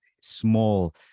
small